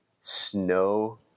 snow